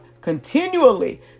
continually